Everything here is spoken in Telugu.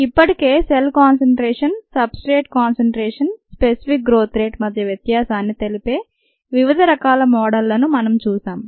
ఇప్పటికేసెల్ concentration substrate concentration specific growth rate మధ్య వ్యత్యాసాన్ని తెలిపే వివిధ రకాల మోడళ్లను మనం చూశాం